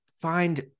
find